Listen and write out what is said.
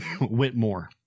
Whitmore